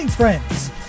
Friends